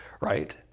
right